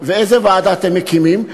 ואיזו ועדה אתם מקימים?